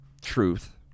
truth